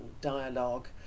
dialogue